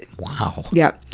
wow. yeah,